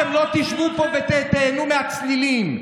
אתם לא תשבו פה ותיהנו מהצלילים.